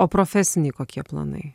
o profesiniai kokie planai